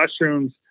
mushrooms